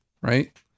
right